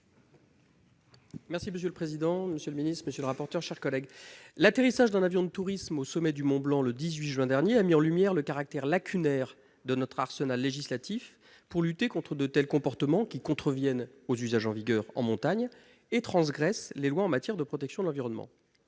est ainsi libellé : La parole est à M. Jérôme Durain. L'atterrissage d'un avion de tourisme au sommet du mont Blanc le 18 juin dernier a mis en lumière le caractère lacunaire de notre arsenal législatif pour lutter contre ce type de comportement, qui contrevient aux usages en vigueur en montagne et transgresse les lois en matière de protection de l'environnement.